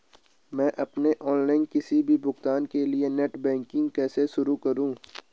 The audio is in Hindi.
मैं अपने ऑनलाइन किसी भी भुगतान के लिए नेट बैंकिंग कैसे शुरु करूँ?